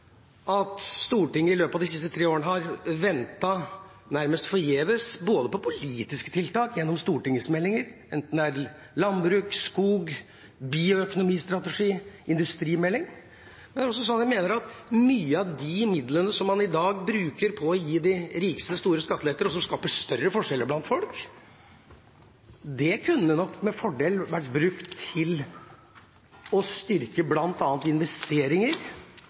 at Stortinget i løpet av de siste tre årene har ventet nærmest forgjeves på politiske tiltak gjennom stortingsmeldinger, enten det gjelder landbruk, skog, bioøkonomistrategi, industrimelding. Jeg mener at mange av de midlene som man i dag bruker på å gi de rikeste store skatteletter, og som skaper større forskjeller blant folk, med fordel kunne vært brukt til å styrke bl.a. investeringer